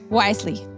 wisely